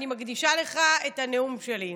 אני מקדישה לך את הנאום שלי.